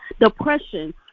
depression